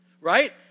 Right